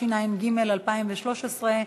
התשע"ג 2013,